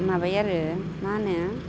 माबायो आरो मा होनो